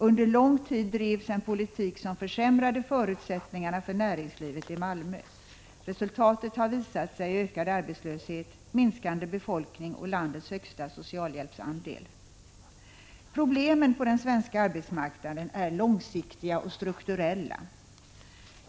Under lång tid drevs en politik som försämrade förutsättningarna för näringslivet i Malmö. Resultatet har visat sig i ökad arbetslöshet, minskande befolkning och landets högsta socialhjälpsandel. Problemen på den svenska arbetsmarknaden är långsiktiga och strukturella.